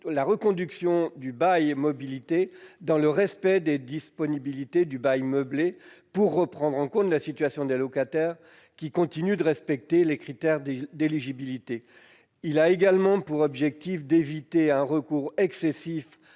la reconduction du bail mobilité dans le respect des dispositifs applicables au bail meublé, afin que soit prise en compte la situation des locataires qui continuent de respecter les critères d'éligibilité. Il a également pour objectif d'éviter un recours excessif